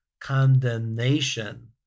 condemnation